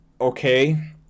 Okay